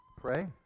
pray